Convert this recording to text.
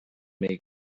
make